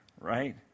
right